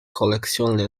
collectionne